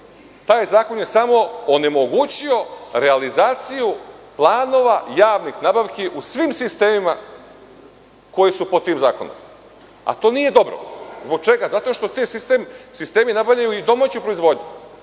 Taj zakon je samo onemogućio realizaciju planova javnih nabavki u svim sistemima koji su pod tim zakonom, a to nije dobro. Zbog čega? Zbog toga što sistemi nabavljaju i domaću proizvodnju.